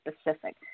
specific